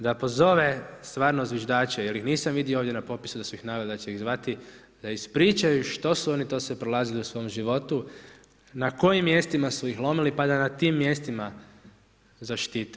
Da pozove stvarno zviždače, jer ih nisam vidio ovdje na popisu da su ih naveli da će ih zvati, da ispričaju što su oni to sve prolazili u svom životu, na kojim mjestima su ih lomili pa da na tim mjestima zaštite.